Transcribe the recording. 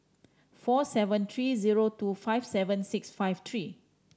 four seven three zero two five seven six five three